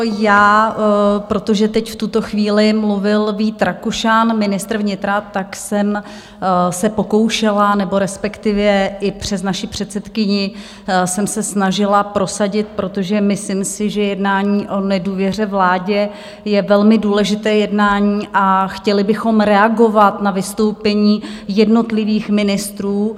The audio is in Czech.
Já, protože teď v tuto chvíli mluvil Vít Rakušan, ministr vnitra, tak jsem se pokoušela, nebo respektive i přes naši předsedkyni jsem se snažila prosadit, protože myslím si, že jednání o nedůvěře vládě je velmi důležité jednání, a chtěli bychom reagovat na vystoupení jednotlivých ministrů.